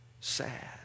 sad